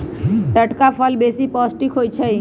टटका फल बेशी पौष्टिक होइ छइ